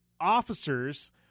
officers –